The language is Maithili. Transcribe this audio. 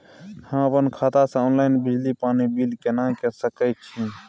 हम अपन खाता से ऑनलाइन बिजली पानी बिल केना के सकै छी?